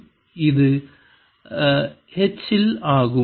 இது r இல் H ஆகும்